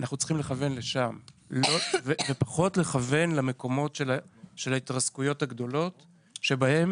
אנחנו צריכים לכוון לשם ופחות לכוון למקומות של ההתרסקויות הגדולות בהם